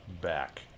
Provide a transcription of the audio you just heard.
back